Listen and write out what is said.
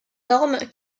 norme